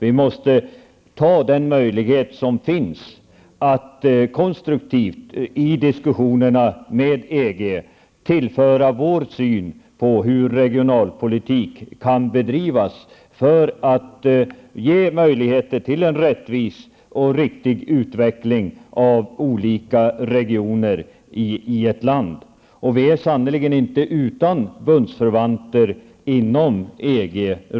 Vi måste ta den möjlighet som finns att i diskussionerna med EG konstruktivt tillföra vår syn på hur regionalpolitik kan bedrivas för att ge möjligheter till en rättvis och riktig utveckling i olika regioner i ett land. Vi är sannerligen inte utan bundsförvanter inom EG.